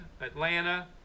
Atlanta